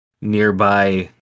nearby